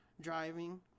driving